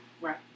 Right